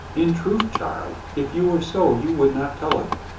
in truth, child, if you were so you would not tell of it.